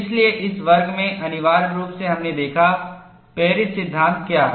इसलिए इस वर्ग में अनिवार्य रूप से हमने देखा पेरिस सिद्धांत क्या है